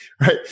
right